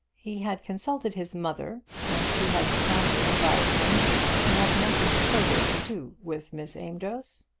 he had consulted his mother, and she had strongly advised him to have nothing further to do with miss amedroz.